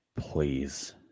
Please